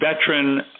veteran